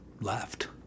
left